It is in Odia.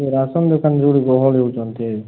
ରାସନ ଦୋକାନ ଯେଉଁଠି ଗହଳି ହେଉଛନ୍ତି